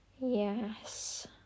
Yes